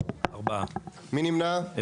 3 נמנעים,